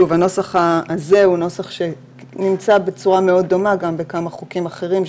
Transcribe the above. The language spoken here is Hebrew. הנוסח הזה הוא נוסח שנמצא בצורה מאוד דומה גם בכמה חוקים אחרים,